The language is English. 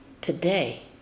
today